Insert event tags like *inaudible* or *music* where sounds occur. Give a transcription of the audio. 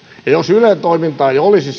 ja jos ylen toimintaa ei olisi *unintelligible*